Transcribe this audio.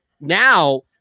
Now